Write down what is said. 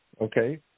Okay